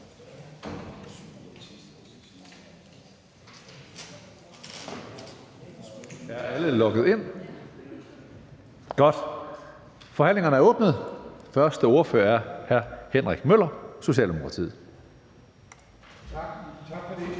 Er alle logget ind? Godt. Forhandlingen er åbnet. Den første ordfører er hr. Henrik Møller, Socialdemokratiet. (Henrik Møller